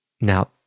now